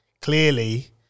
clearly